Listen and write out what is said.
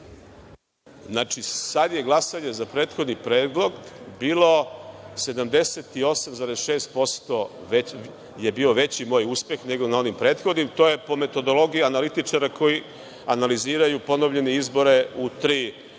Znači, sada je glasanje za prethodni predlog, bilo 78,6% veći moj uspeh nego na onim prethodnim. To je po metodologiji analitičara koji analiziraju ponovljene izbore na tri biračka